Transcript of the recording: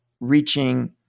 reaching